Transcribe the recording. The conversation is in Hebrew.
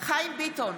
חיים ביטון,